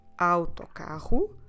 AUTOCARRO